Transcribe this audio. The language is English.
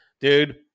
dude